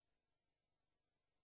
בעיניים כדי להמשיך ולהיאחז בכיסא ולשרוד